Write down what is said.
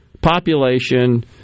Population